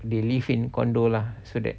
they live in condo lah so that